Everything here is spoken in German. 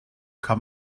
kann